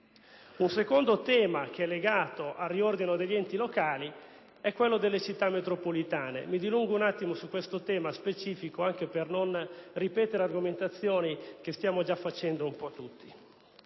Un secondo tema legato al riordino degli enti locali è quello delle Città metropolitane. Mi dilungo su questo tema specifico anche per non ripetere argomentazioni che stiamo già sviluppando un po' tutti.